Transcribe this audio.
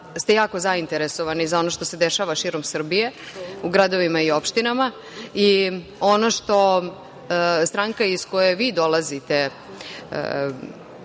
ste jako zainteresovani za ono što se dešava širom Srbije u gradovima i opštinama. Ono na čemu stranka iz koje vi dolazite